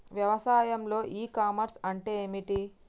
వ్యవసాయంలో e commerce అంటే ఏమిటి?